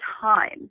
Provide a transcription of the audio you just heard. time